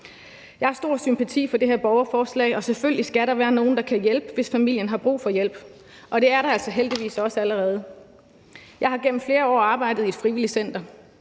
Jeg har stor sympati for det her borgerforslag, og selvfølgelig skal der være nogen, der kan hjælpe, hvis en familie har brug for hjælp, og det er der altså heldigvis også allerede. Jeg har gennem flere år arbejdet i et frivilligcenter.